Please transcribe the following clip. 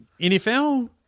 NFL